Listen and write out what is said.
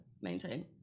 maintain